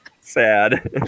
sad